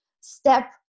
step